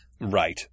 Right